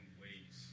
ways